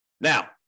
Now